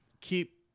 keep